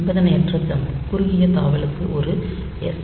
நிபந்தனையற்ற ஜம்ப் குறுகிய தாவலுக்கு ஒரு எஸ்